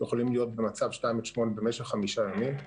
יכולים להיות במצב 8-2 מעלות במשך חמישה ימים.